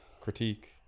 critique